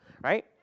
Right